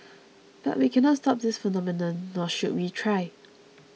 but we cannot stop this phenomenon nor should we try